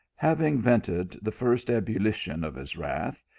having vented the first ebullition of his wrath,